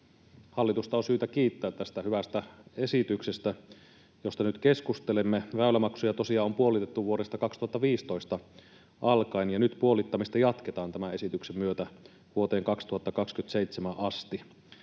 Hallitusta on syytä kiittää tästä hyvästä esityksestä, josta nyt keskustelemme. Väylämaksuja tosiaan on puolitettu vuodesta 2015 alkaen, ja nyt puolittamista jatketaan tämän esityksen myötä vuoteen 2027 asti.